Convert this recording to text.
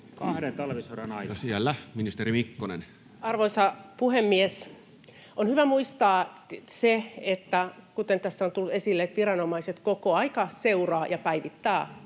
kd) Time: 16:10 Content: Arvoisa puhemies! On hyvä muistaa, kuten tässä on tullut esille, että viranomaiset koko ajan seuraavat ja päivittävät